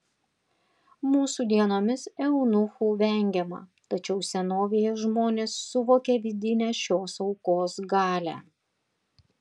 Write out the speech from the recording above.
mūsų dienomis eunuchų vengiama tačiau senovėje žmonės suvokė vidinę šios aukos galią